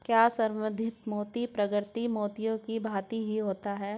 क्या संवर्धित मोती प्राकृतिक मोतियों की भांति ही होता है?